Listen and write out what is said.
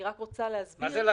אני רק רוצה להסביר, שב-2001